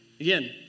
Again